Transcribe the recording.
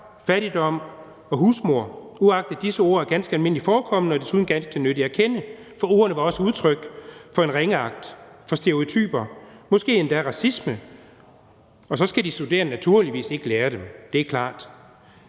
fattigdom og husmor, uagtet at disse ord er ganske almindeligt forekommende og desuden ganske nyttige at kende, for ordene var også udtryk for en ringeagt, for stereotyper, måske endda racisme – og så skal de studerende naturligvis ikke lære dem, det er klart.